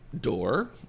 door